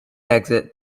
exit